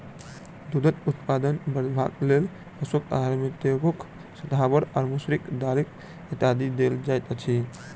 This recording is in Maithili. दूधक उत्पादन बढ़यबाक लेल पशुक आहार मे तेखुर, शताबर, मसुरिक दालि इत्यादि देल जाइत छै